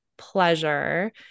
pleasure